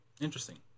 Interesting